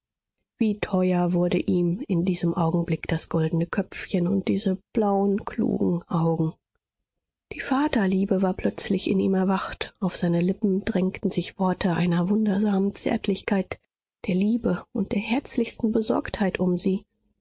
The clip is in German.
wie teuer wurden ihm in diesem augenblick das goldene köpfchen und diese blauen klugen augen die vaterliebe war plötzlich in ihm erwacht auf seine lippen drängten sich worte einer wundersamen zärtlichkeit der liebe und der herzlichsten besorgtheit um sie